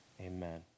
amen